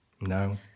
No